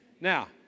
Now